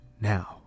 Now